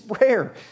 rare